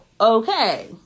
Okay